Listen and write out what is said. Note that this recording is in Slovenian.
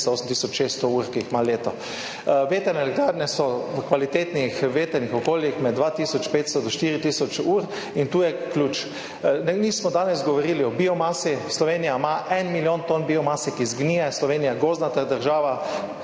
600 ur, ki jih ima leto. Vetrne elektrarne so v kvalitetnih vetrnih okoljih med 2 tisoč 500 do 4 tisoč ur. In tu je ključ. Danes nismo govorili o biomasi. Slovenija ima 1 milijon ton biomase, ki zgnije. Slovenija je gozdnata država.